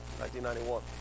1991